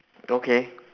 okay